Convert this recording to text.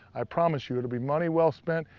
i promise you, it will be money well spent.